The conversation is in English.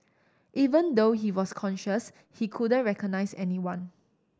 even though he was conscious he couldn't recognise anyone